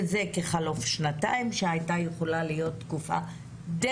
תקופה של שנתיים היתה יכולה להיות די